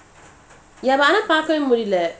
ya but பார்த்ததுமில்லை:parthathumilla